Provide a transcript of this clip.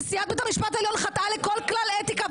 נשיאת בית המשפט העליון חטאה לכל כלל אתיקה,